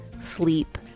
sleep